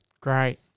Great